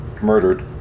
murdered